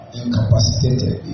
incapacitated